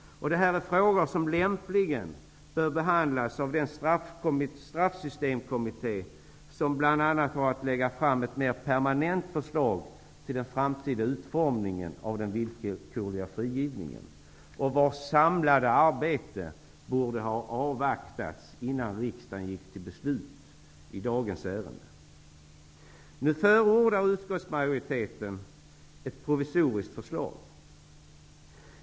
Det här är frågor som lämpligen bör behandlas av Straffsystemkomittén, som bl.a. har att lägga fram ett mer permanent förslag till den framtida utformningen av den villkorliga frigivningen och vars samlade arbete borde ha avvaktats innan riksdagen gick till beslut i dagens ärende. Nu förordar utskottsmajoriteten ett provisoriskt förslag.